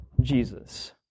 Jesus